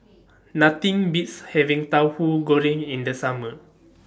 Nothing Beats having Tauhu Goreng in The Summer